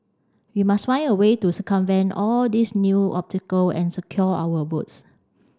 we must find a way to circumvent all these new obstacle and secure our votes